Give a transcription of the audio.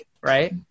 right